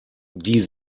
die